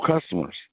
customers